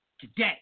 today